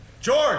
George